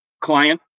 client